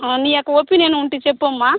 నీ యొక్క ఒపీనియన్ ఉంటే చెప్పమ్మా